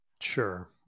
Sure